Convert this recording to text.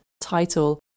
title